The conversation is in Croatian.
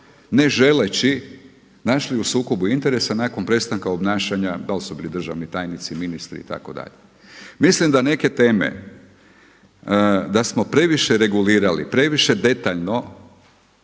ne želeći našli u sukobu interesa nakon prestanka obnašanja dal su bili državni tajnici, ministri itd. Mislim da neke teme da smo previše regulirali, previše detaljno.